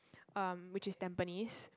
um which is tampines